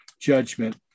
judgment